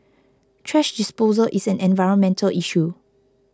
thrash disposal is an environmental issue